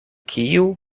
kiu